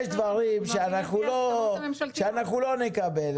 יש דברים שאנחנו לא נקבל.